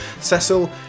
Cecil